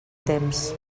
temps